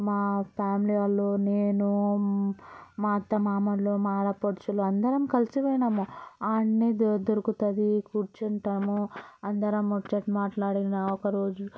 మా ఫ్యామిలీ వాళ్ళు నేను మా అత్తమ్మ మా అత్తమామలు మా ఆడపడుచులు అందరం కలిసి పోయినాము అన్ని దొరుకుతుంది కూర్చుంటాము అందరం ముచ్చట్లు మాట్లాడినా ఒక రోజు